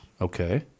Okay